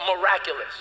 miraculous